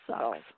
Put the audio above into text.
sucks